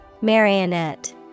Marionette